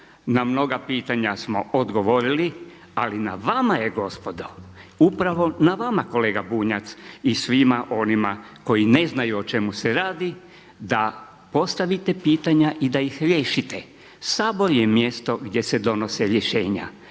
na mnoga pitanja smo odgovorili ali na vama je gospodo upravo na vama kolega Bunjac i svima onima koji ne znaju o čemu se radi da postavite pitanja i da ih riješite. Sabor je mjesto gdje se donose rješenja.